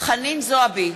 חנין זועבי,